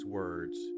words